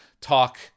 talk